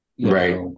Right